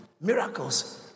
miracles